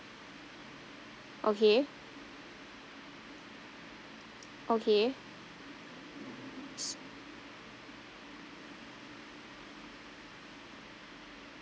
okay okay